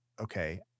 okay